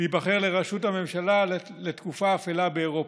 להיבחר לרשות הממשלה לתקופה האפלה באירופה.